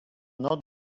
not